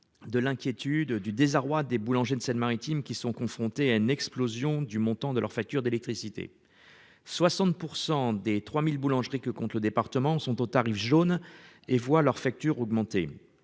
de l'inquiétude du désarroi des boulangers de Seine qui sont confrontés à une explosion du montant de leur facture d'électricité. 60% des 3000 boulangeries que compte le département sont au tarif jaune et voient leur facture augmenter